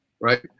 right